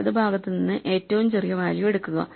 വലതുഭാഗത്ത് നിന്ന് ഏറ്റവും ചെറിയ വാല്യൂ എടുക്കുക